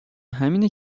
همینه